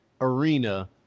arena